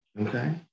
okay